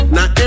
Now